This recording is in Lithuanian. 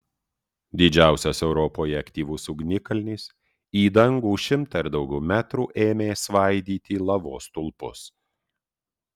didžiausias europoje aktyvus ugnikalnis į dangų šimtą ir daugiau metrų ėmė svaidyti lavos stulpus